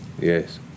Yes